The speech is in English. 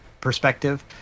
perspective